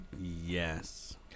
Yes